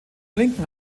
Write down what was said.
linken